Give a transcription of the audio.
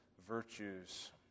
virtues